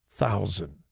thousand